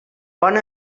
bona